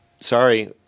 Sorry